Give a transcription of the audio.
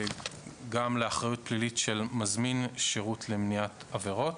גם לאחריות פלילית של מזמין שירות למניעת עבירות.